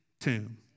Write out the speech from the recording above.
tomb